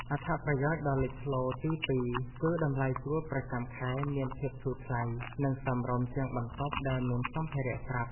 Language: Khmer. អត្ថប្រយោជន៍ដ៏លេចធ្លោទីពីរគឺតម្លៃជួលប្រចាំខែមានភាពធូរថ្លៃនិងសមរម្យជាងបន្ទប់ដែលមានសម្ភារៈស្រាប់។